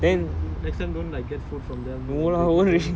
true next time don't like get food from them like if they give then